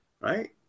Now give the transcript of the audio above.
Right